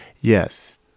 yes